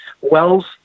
Wells